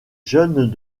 jeunes